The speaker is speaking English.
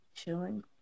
Chilling